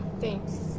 Thanks